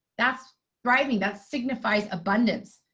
that's thriving, that signifies abundance.